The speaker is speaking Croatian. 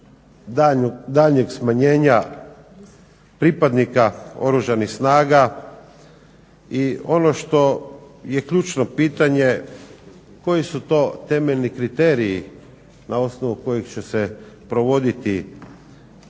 daljnjeg smanjenja pripadnika Oružanih snaga i ono što je ključno pitanje koji su to temeljni kriteriji na osnovu kojih će se provoditi